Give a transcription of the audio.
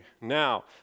Now